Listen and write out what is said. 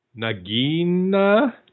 Nagina